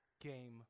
game